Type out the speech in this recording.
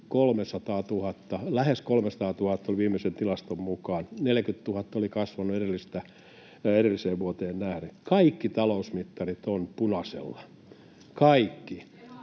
lähes 300 000 viimeisen tilaston mukaan, ja 40 000 oli kasvanut edelliseen vuoteen nähden. Kaikki talousmittarit ovat punaisella — kaikki.